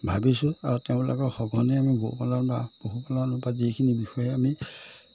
ভাবিছোঁ আৰু তেওঁলোকৰ সঘনে আমি পশু পালন কৰা পশু পালন বা যিখিনি বিষয়ে আমি